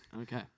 okay